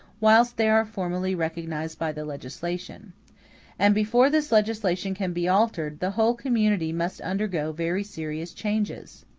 whilst they are formerly recognized by the legislation and before this legislation can be altered the whole community must undergo very serious changes.